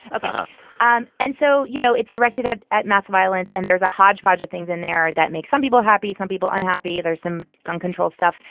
but um and so you know, it's directed at at mass violence. and there's a hodgepodge of things in there that make some people happy, some people unhappy. there's some gun control stuff.